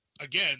again